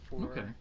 Okay